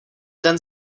den